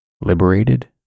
Liberated